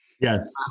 Yes